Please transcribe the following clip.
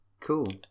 Cool